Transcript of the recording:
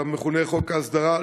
המכונה חוק ההסדרה,